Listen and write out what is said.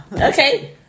Okay